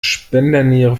spenderniere